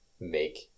make